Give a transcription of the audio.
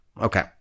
Okay